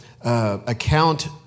account